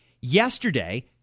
Yesterday